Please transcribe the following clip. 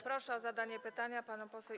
Proszę o zadanie pytania panią poseł